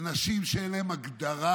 נשים שאין להן הגדרה